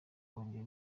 bongeye